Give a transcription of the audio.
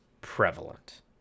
prevalent